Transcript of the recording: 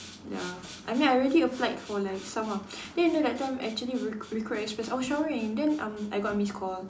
ya I mean I already applied for like some ah then you know that time actually recr~ recruit express I was showering then um I got a miss call